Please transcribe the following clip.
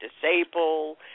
disabled